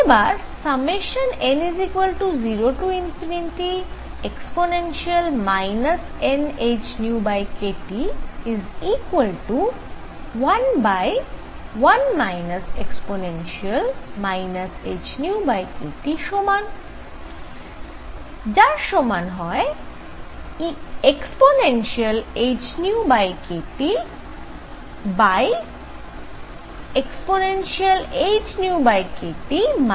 এবার n0e nhνkT11 e hνkT সমান হয় ehνkTehνkT 1